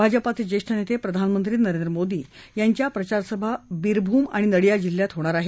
भाजपाचे ज्येष्ठ नेते प्रधानमंत्री नरेंद्र मोदी यांच्या प्रचारसभा बिरभूम आणि नडिया जिल्ह्यात होणार आहेत